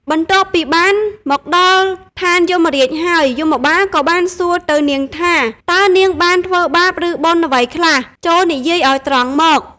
បន្ទាប់ពីបានមកដល់ឋានយមរាជហើយ យមបាលក៏បានសួរទៅនាងថា តើនាងបានធ្វើបាប ឬបុណ្យអ្វីខ្លះ ចូរនិយាយឱ្យត្រង់មក។